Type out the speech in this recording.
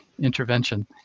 intervention